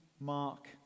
mark